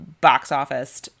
box-office